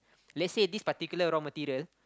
let's say this particular raw material